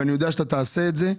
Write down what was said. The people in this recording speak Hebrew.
אני יודע שתעשה את זה.